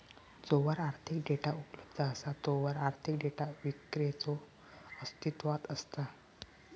जोवर आर्थिक डेटा उपलब्ध असा तोवर आर्थिक डेटा विक्रेतो अस्तित्वात असता